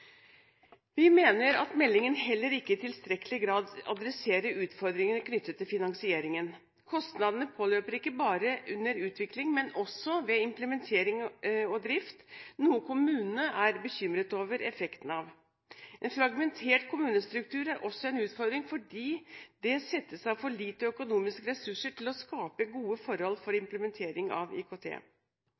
Vi mener at meldingen heller ikke i tilstrekkelig grad adresserer utfordringene knyttet til finansieringen. Kostnadene påløper ikke bare under utvikling, men også ved implementering og drift, noe kommunene er bekymret over effekten av. En fragmentert kommunestruktur er også en utfordring fordi det settes av for lite økonomiske ressurser til å skape gode forhold for implementering av IKT.